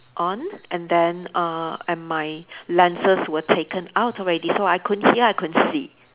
on and then uh and my lenses were taken out already so I couldn't hear I couldn't see